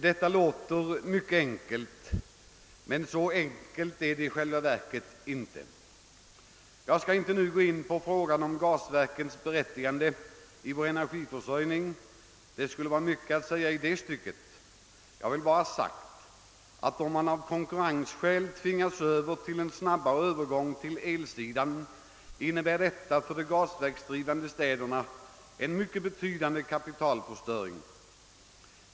Detta låter mycket enkelt, men det är det inte. Jag skall inte nu gå in på frågan om gasverkens berättigande i vår energi försörjning. Det skulle vara mycket att säga i det stycket. Jag vill endast ha sagt att om man av konkurrensskäl tvingas till en snabbare övergång till elsidan innebär detta för de gasverksdrivande städerna en mycket betydande kapitalförstöring.